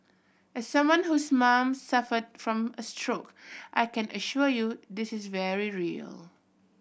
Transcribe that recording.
as someone whose mom suffered from a stroke I can assure you this is very real